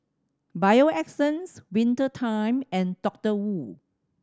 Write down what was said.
Bio Essence Winter Time and Doctor Wu